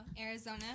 Arizona